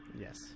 Yes